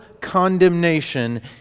condemnation